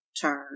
turn